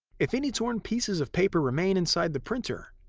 if any torn pieces of paper remain inside the printer,